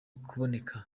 kuboneka